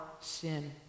sin